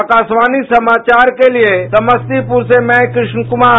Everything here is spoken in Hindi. आकाशवाणी समाचार के लिये समस्तीपुर से कृष्ण कुमार